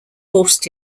forced